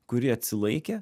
kuri atsilaikė